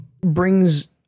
brings